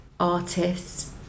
artists